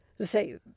say